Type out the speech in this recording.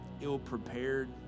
ill-prepared